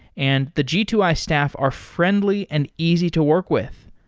and the g two i staff are friendly and easy to work with.